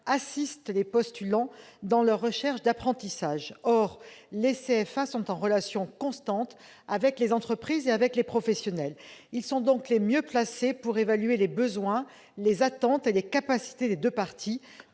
assistent » les postulants dans leur recherche d'apprentissage. Or ces centres sont en relation constante avec les entreprises et les professionnels ; ils sont donc les mieux placés pour évaluer les besoins, les attentes et les capacités des deux parties